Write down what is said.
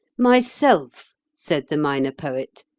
myself, said the minor poet,